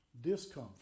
discomfort